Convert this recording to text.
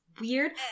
weird